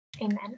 Amen